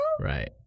Right